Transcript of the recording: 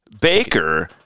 Baker